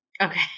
okay